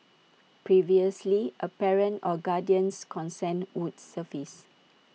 previously A parent or guardian's consent would suffice